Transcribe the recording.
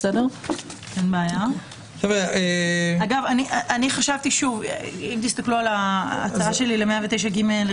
אם תסתכלו על ההצעה שלי ל-109ג(1),